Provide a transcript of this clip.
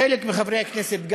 חלק מחברי הכנסת,